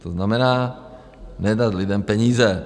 To znamená nedat lidem peníze.